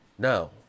Now